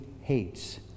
hates